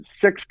six